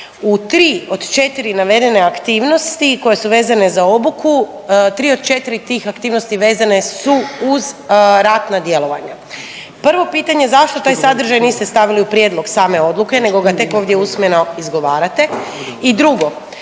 U 3 od 4 navedene aktivnosti koje su vezane za obuku 3 od 4 tih aktivnosti vezane su uz ratna djelovanja. Prvo pitanje, zašto taj sadržaj niste stavili u prijedlog same odluke nego ga tek ovdje usmeno izgovarate? I drugo,